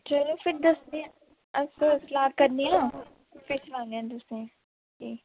चलो फिर दस्सनी आं अस सलाह् करनियां फिर सुनाने आं तुसेंईं